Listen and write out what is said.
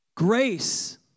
Grace